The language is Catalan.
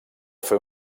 fer